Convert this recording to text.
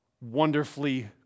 Wonderfully